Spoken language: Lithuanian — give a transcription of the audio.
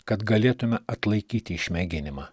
kad galėtume atlaikyti išmėginimą